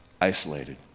isolated